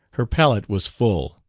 her palette was full,